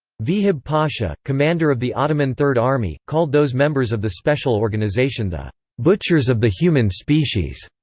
vehib pasha, commander of the ottoman third army, called those members of the special organization the butchers of the human species.